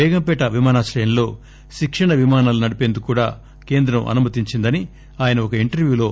బేగంపేట విమానాశ్రయంలో శిక్షణ విమానాలు నడిపేందుకు కూడా కేంద్రం అనుమతించిందని ఆయన ఒక ఇంటర్యా లో